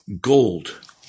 gold